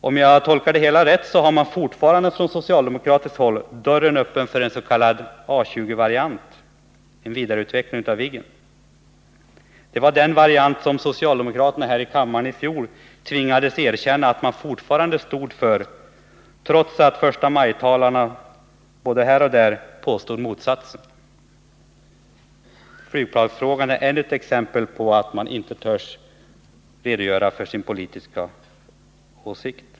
Om jag tolkar det hela rätt har man på socialdemokratiskt håll ännu dörren öppen för en s.k. A 20-variant, en vidareutveckling av Viggen. Det var den variant som socialdemokraterna här i k ammaren i fjol tvingades erkänna att man fortfarande stod för, trots att förstamajtalarna både här och där påstod motsatsen. Flygplansfrågan är ännu ett exempel på att socialdemokraterna inte törs redogöra för sin politiska åsikt.